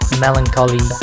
melancholy